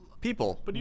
people